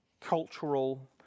cultural